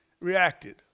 reacted